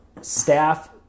staff